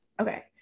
Okay